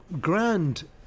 grand